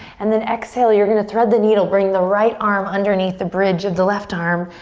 and then exhale, you're gonna thread the needle, bring the right arm underneath the bridge of the left arm,